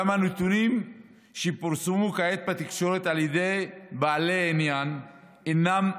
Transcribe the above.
גם הנתונים שפורסמו כעת בתקשורת על ידי בעלי עניין אינם נכונים.